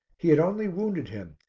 he had only wounded him,